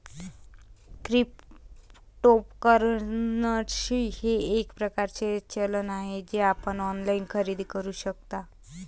cryptocurrency हे एक प्रकारचे चलन आहे जे आपण ऑनलाइन खरेदी करू शकता